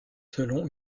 selon